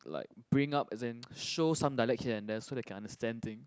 like bring up as in show some dialect here and there so they can understand thing